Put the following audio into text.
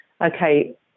Okay